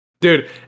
Dude